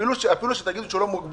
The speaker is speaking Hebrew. אפילו שתגידו שהוא לא מוגבל,